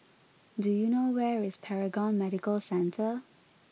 do you know where is Paragon Medical Centre